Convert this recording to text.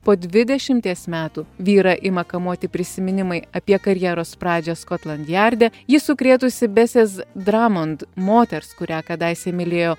po dvidešimties metų vyrą ima kamuoti prisiminimai apie karjeros pradžią skotland jarde jį sukrėtusį besės dramond moters kurią kadaise mylėjo